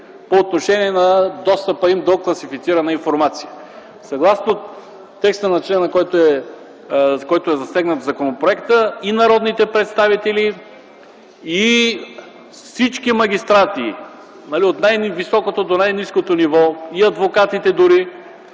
по отношение на достъпа им до класифицирана информация. Съгласно текста на члена, който е засегнат в законопроекта, и народните представители, и всички магистрати – от най-високото до най-ниското ниво, и адвокатите дори,